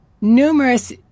numerous